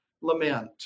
lament